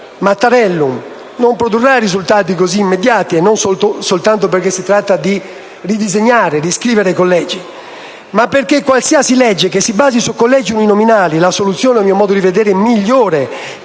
Mattarellum non produrrà risultati così immediati, e non soltanto perché si tratta di ridisegnare e di riscrivere i collegi, ma perché qualsiasi legge che si basi su collegi uninominali - che è la soluzione a mio modo di vedere migliore per